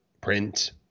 print